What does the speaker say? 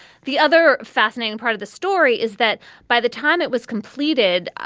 the other fascinating part of the story is that by the time it was completed,